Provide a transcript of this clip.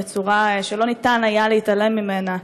בצורה שלא ניתן היה להתעלם ממנה,